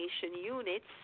units